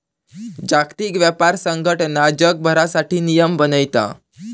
जागतिक व्यापार संघटना जगभरासाठी नियम बनयता